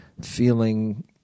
feeling